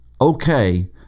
okay